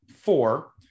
four